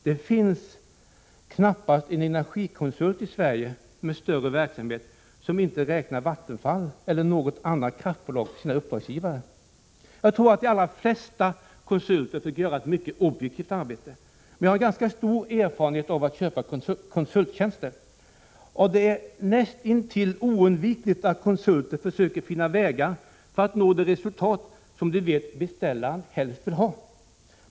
Det finns knappast en energikonsult i Sverige med någon större verksamhet som inte räknar Vattenfall eller något annat kraftbolag till sina uppdragsgivare. Jag tror att de allra flesta försöker göra ett objektivt arbete. Jag har dock en ganska stor erfarenhet av att köpa konsulttjänster, och det är näst intill oundvikligt att konsulten försöker finna vägar att nå det resultat som han vet att beställaren helst vill ha.